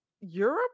Europe